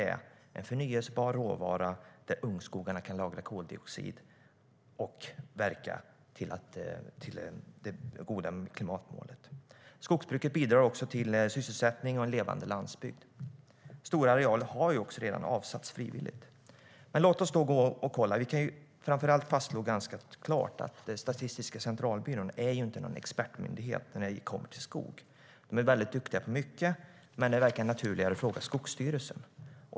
Det är en förnybar råvara där ungskogarna kan lagra koldioxid och verka för det goda klimatmålet. Skogsbruket bidrar också till sysselsättning och en levande landsbygd, och stora arealer har redan avsatts frivilligt. Låt oss då kolla! Vi kan framför allt fastslå ganska klart att Statistiska centralbyrån inte är någon expertmyndighet när det kommer till skog. De är väldigt duktiga på mycket, men det verkar naturligare att fråga Skogsstyrelsen.